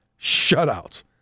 shutouts